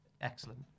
Excellent